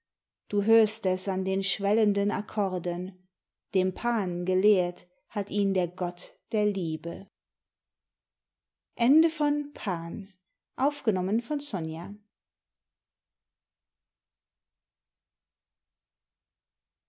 du hörst es an den schwellenden accorden dem pan gelehrt hat ihn der gott der liebe